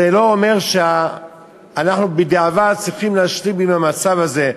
זה לא אומר שאנחנו צריכים להשלים עם המצב הזה בדיעבד.